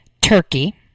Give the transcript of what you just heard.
Turkey